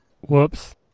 Whoops